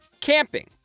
camping